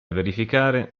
verificare